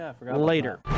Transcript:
later